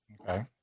Okay